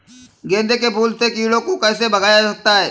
गेंदे के फूल से कीड़ों को कैसे भगाया जा सकता है?